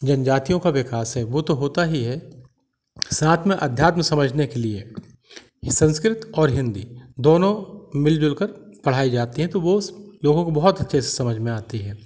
जनजातियों का विकास है वो तो होता ही है साथ में अध्यात्म समझने के लिए संस्कृत और हिन्दी दोनों मिलजुल कर पढ़ाई जाती है तो वो लोगों को बहुत अच्छे से समझ में आती है